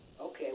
Okay